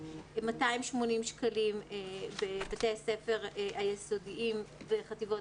280 שקלים בבתי הספר היסודיים וחטיבות